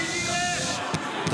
מקומותיכם, אנחנו נעבור להצבעה תכף.